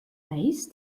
weiß